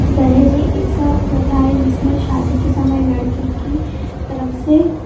दहेज एक ऐसी प्रथा है जिसमें शादी के समय लड़की की तरफ से